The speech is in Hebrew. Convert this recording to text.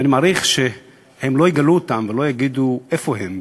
ואני מעריך שהם לא יגלו אותם ולא יגידו איפה הם,